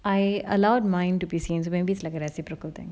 I allowed mine to be seen when we like a reciprocal thing